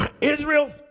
Israel